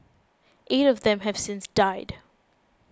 eight of them have since died